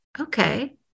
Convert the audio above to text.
okay